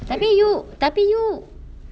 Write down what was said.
tapi you tapi you